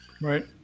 Right